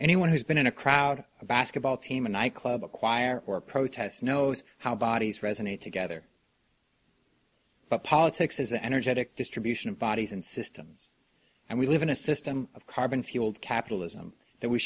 anyone who's been in a crowd a basketball team and i club choir or protests knows how bodies resonate together but politics is the energetic distribution of bodies and systems and we live in a system of carbon fueled capitalism that we